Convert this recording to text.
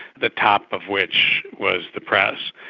the top of which was the press.